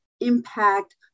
impact